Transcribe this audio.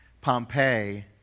Pompeii